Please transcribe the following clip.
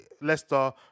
Leicester